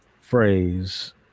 phrase